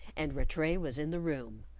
and rattray was in the room,